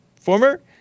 former